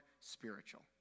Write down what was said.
spiritual